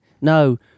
No